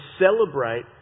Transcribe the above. celebrate